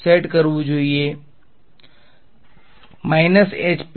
વિદ્યાર્થી minus H plus